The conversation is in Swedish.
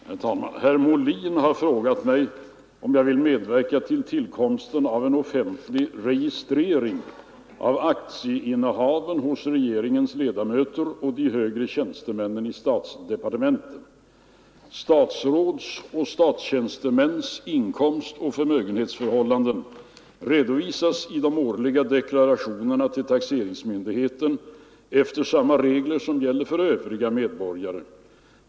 Herr talman! Herr Molin har frågat mig om jag vill medverka till tillkomsten av en offentlig registrering av aktieinnehaven hos regeringens ledamöter och de högre tjänstemännen i statsdepartementen. Statsråds och statstjänstemäns inkomstoch förmögenhetsförhållanden redovisas i de årliga deklarationerna till taxeringsmyndigheten efter samma regler som gäller för övriga medborgare.